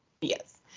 Yes